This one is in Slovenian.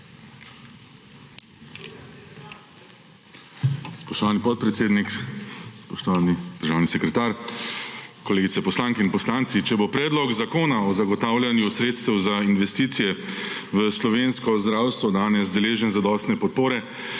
Spoštovani podpredsednik, spoštovani državni sekretar, kolegice poslanke in poslanci! Če bo predlog zakona o zagotavljanju sredstev za investicije v slovensko zdravstvo danes deležen zadostne podpore,